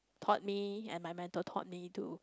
taught me and my mentor taught me to